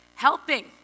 Helping